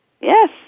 Yes